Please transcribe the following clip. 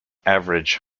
average